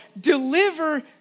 deliver